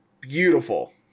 beautiful